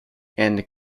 and